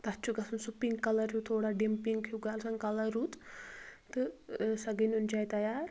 تتھ چھُ گژھان سُہ پِنٛک کلر ہیٛو تھوڑا ڈِم پِنٛک ہیٛو گژھان کلر رُت تہٕ سۄ گٔے نُنہٕ چاے تیار